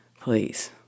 please